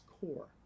core